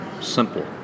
simple